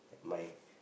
my